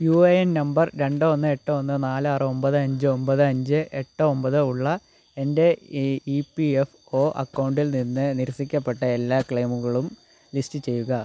U A N number രണ്ട് ഒന്ന് എട്ട് ഒന്ന് നാല് ആറ് ഒമ്പത് അഞ്ച് ഒമ്പത് അഞ്ച് എട്ട് ഒമ്പത് ഉള്ള എൻ്റെ E E P F O അക്കൗണ്ടിൽ നിന്ന് നിരസിക്കപ്പെട്ട എല്ലാ ക്ലെയിമുകളും ലിസ്റ്റ് ചെയ്യുക